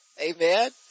Amen